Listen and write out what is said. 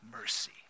mercy